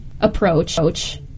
approach